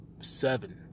seven